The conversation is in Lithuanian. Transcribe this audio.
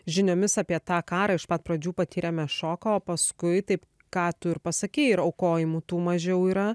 žiniomis apie tą karą iš pat pradžių patyrėme šoką o paskui taip ką tu ir pasakei ir aukojimų tų mažiau yra